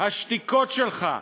השתיקות שלך,